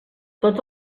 tots